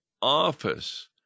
office